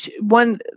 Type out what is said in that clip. one